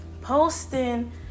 Posting